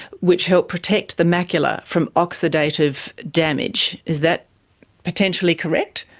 which help protect the macular from oxidative damage. is that potentially correct?